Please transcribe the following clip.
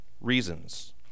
reasons